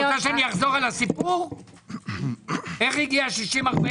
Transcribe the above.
את רוצה שאחזור על הסיפור איך הגיע 60-40?